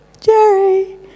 Jerry